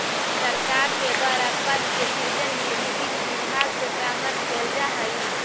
सरकार के द्वारा पद के सृजन में भी वित्त विभाग से परामर्श कैल जा हइ